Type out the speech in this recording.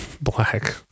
black